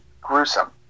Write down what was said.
gruesome